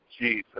Jesus